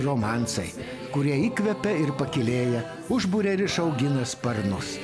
romansai kurie įkvepia ir pakylėja užburia ir išaugina sparnus